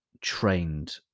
trained